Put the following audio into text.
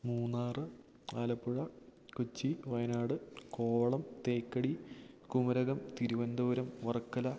Munnar Alappuzha Kochi Wayanad Kovalam Thekkady Kumarakom Thiruvananthapuram Varkala